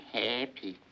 happy